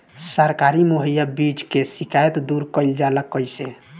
सरकारी मुहैया बीज के शिकायत दूर कईल जाला कईसे?